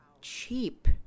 cheap